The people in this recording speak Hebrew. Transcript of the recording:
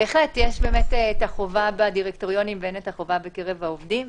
באמת את החובה בדירקטוריונים ואין את החובה בקרב העובדים.